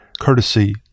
courtesy